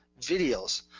videos